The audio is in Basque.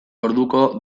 orduko